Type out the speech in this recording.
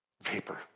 Vapor